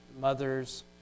mothers